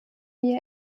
wie